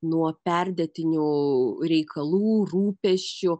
nuo perdėtinių reikalų rūpesčių